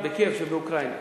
בקייב שבאוקראינה.